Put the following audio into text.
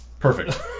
Perfect